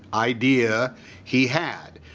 idea he had.